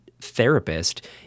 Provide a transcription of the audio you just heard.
therapist